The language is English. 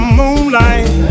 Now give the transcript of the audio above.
moonlight